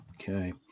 Okay